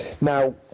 Now